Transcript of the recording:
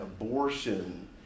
abortion